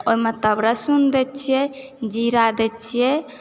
ओहिमे तब लहसुन दैत छियै जीरा दैत छियै